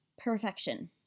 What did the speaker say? perfection